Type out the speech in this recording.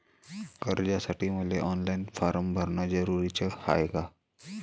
कर्जासाठी मले online form भरन जरुरीच हाय का?